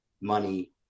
money